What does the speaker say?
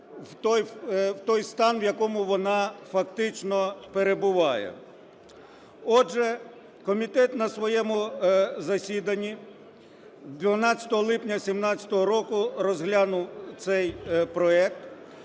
в той стан, в якому вона фактично перебуває. Отже, комітет на своєму засіданні 12 липня 2017 року розглянув цей проект